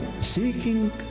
seeking